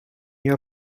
your